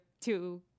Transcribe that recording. two